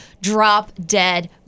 drop-dead